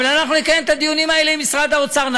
אבל אנחנו נקיים את הדיונים האלה עם משרד האוצר.